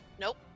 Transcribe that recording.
Nope